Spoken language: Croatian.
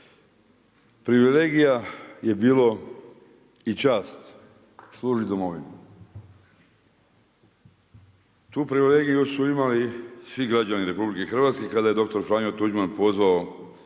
privilegija je bilo i čast služiti domovini. Tu privilegiju su imali svi građani RH, kada je doktor Franjo Tuđman pozvao